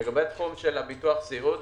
לגבי תחום ביטוח סיעוד,